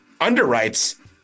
underwrites